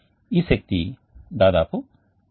ఈ శక్తి దాదాపు 8